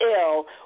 ill